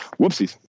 Whoopsies